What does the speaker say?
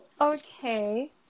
Okay